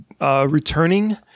returning